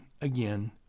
again